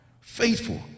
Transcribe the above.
faithful